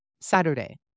Saturday